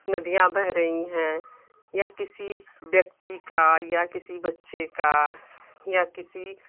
नदियाँ बह रहीं हैं या किसी व्यक्ति का या किसी बच्चे का या किसी